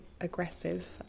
aggressive